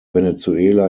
venezuela